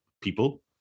people